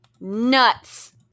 Nuts